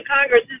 Congress